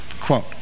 quote